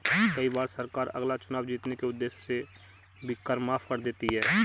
कई बार सरकार अगला चुनाव जीतने के उद्देश्य से भी कर माफ कर देती है